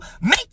Make